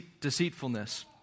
deceitfulness